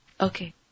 Okay